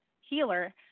healer